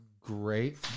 great